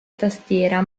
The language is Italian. tastiera